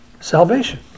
salvation